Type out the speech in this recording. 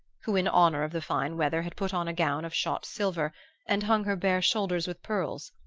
who in honor of the fine weather had put on a gown of shot-silver and hung her bare shoulders with pearls,